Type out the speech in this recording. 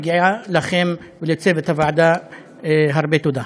מגיעה לכם ולצוות הוועדה הרבה תודה.